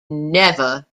never